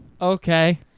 Okay